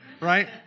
Right